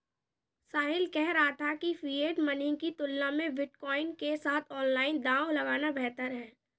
साहिल कह रहा था कि फिएट मनी की तुलना में बिटकॉइन के साथ ऑनलाइन दांव लगाना बेहतर हैं